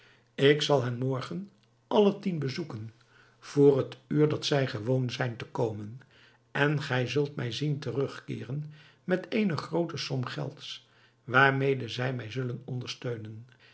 ik zal hen morgen alle tien bezoeken vr het uur dat zij gewoon zijn te komen en gij zult mij zien terugkeeren met eene groote som gelds waarmede zij mij zullen ondersteunen